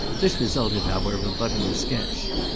this resulted however but in a sketch.